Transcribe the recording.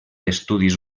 estudis